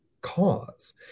cause